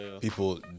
people